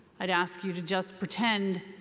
i'd ask you to just pretend,